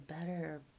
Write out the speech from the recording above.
better